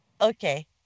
Okay